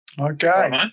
Okay